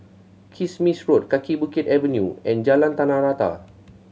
Kismis Road Kaki Bukit Avenue and Jalan Tanah Rata